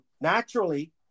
Naturally